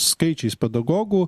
skaičiais pedagogų